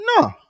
No